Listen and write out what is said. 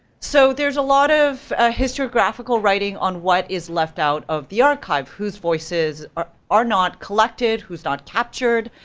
so, there's a lot of historiographical writing on what is left out of the archives, whose voices are are not collected, who's not captured,